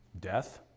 Death